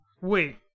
Wait